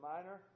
Minor